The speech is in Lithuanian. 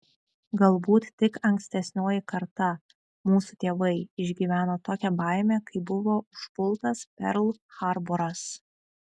galbūt tik ankstesnioji karta mūsų tėvai išgyveno tokią baimę kai buvo užpultas perl harboras